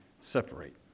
separate